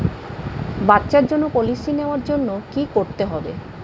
বাচ্চার জন্য পলিসি নেওয়ার জন্য কি করতে হবে?